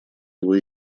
его